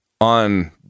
on